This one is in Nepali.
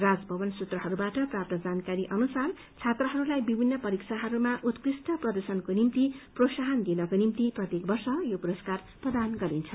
राजभवन सूत्रहरूबाट प्राप्त जानकारी अुनसार छात्रहरूद्वारा विभित्र परीक्षाहरूमा उत्कृष्ट प्रदर्शनको निम्ति प्रोत्साहन दिनको निम्ति प्रत्येक वर्ष यो पुरस्कार प्रदान गरिन्छ